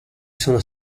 sono